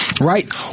right